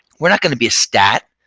we're not going to be a stat.